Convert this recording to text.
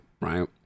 right